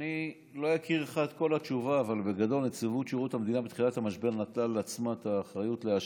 כי נציבות שירות המדינה אוסרת עבודה בשעות